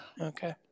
Okay